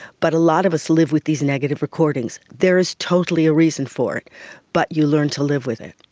but a lot of us live with these negative recordings. there is totally a reason for it but you learn to live with it.